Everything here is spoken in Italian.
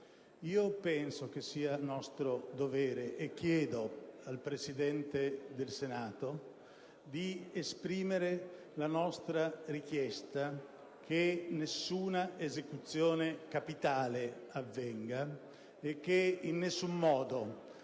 Io penso che sia nostro dovere - e lo chiedo al Presidente del Senato - esprimere la nostra richiesta che nessuna esecuzione capitale avvenga e che in nessun modo